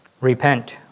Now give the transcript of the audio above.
Repent